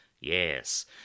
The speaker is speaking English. Yes